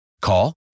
Call